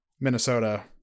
Minnesota